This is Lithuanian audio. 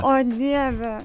o dieve